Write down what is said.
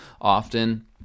often